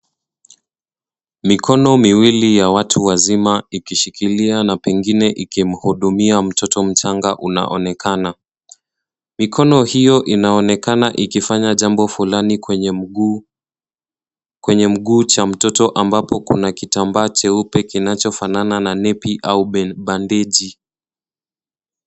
Mikono miwili ya watu wazima ikishikilia na pengie ikimhudumia mtoto mchanga unaonekana. Mikono hiyo inaonekana ikifanya jambo fulani kwenye mguu cha mtoto ambapo kuna kitambaa cheupe kinachofanana na nepi au bandeji.